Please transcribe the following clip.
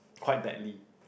quite badly